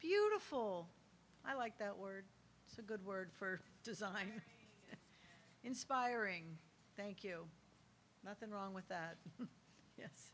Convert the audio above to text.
beautiful i like that word it's a good word for design inspiring thank you nothing wrong with that